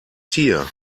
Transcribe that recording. tier